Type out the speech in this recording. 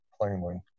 plainly